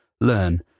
learn